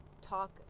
talk